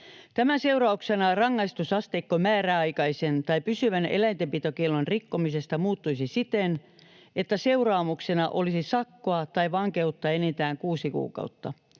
Tämän seurauksena rangaistusasteikko määräaikaisen tai pysyvän eläintenpitokiellon rikkomisesta muuttuisi siten, että seuraamuksena olisi sakkoa tai vankeutta enintään kuusi kuukautta.